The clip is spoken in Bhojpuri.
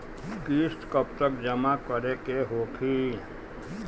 किस्त कब तक जमा करें के होखी?